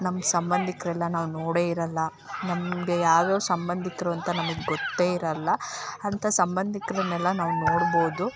ನಮ್ಮ ಸಂಬಂಧಿಕ್ರೆಲ್ಲ ನಾವು ನೋಡೆ ಇರೋಲ್ಲ ನಮಗೆ ಯಾವ್ಯಾವ ಸಂಬಂಧಿಕ್ರು ಅಂತ ನಮಗೆ ಗೊತ್ತೇ ಇರೋಲ್ಲ ಅಂಥ ಸಂಬಂಧಿಕ್ರನೆಲ್ಲ ನಾವು ನೋಡ್ಬೋದು